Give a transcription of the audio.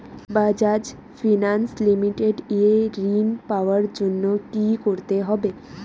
Bajaj finance limited এ ঋন পাওয়ার জন্য কি করতে হবে?